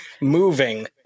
moving